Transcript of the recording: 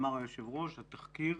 אמר היושב ראש, התחקיר,